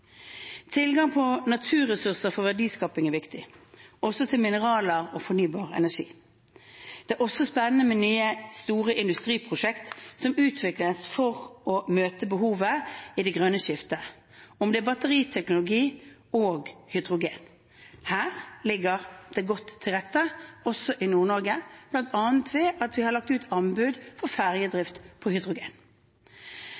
Tilgang på naturressurser for verdiskaping er viktig, også til mineraler og fornybar energi. Det er også spennende med nye store industriprosjekter som utvikles for å møte behov i det grønne skiftet – om det er batteriteknologi eller hydrogen. Her ligger det godt til rette, også i Nord-Norge, bl.a. ved at vi har lagt ut anbud